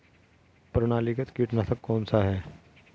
प्रणालीगत कीटनाशक कौन सा है?